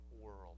world